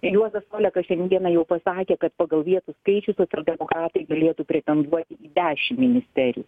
juozas olekas šiandieną jau pasakė kad pagal vietų skaičių socialdemokratai galėtų pretenduoti į dešim ministerijų